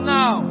now